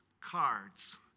cards